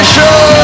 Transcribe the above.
Show